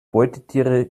beutetiere